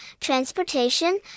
transportation